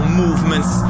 movements